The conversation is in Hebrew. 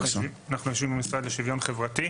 אנחנו יושבים במשרד לשוויון חברתי.